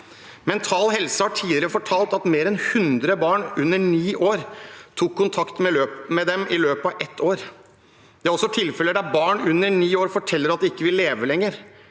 Mental Helse har tidligere fortalt at mer enn 100 barn under ni år tok kontakt med dem i løpet av ett år. Det er også tilfeller der barn under ni år forteller at de ikke vil leve lenger.